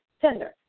Tender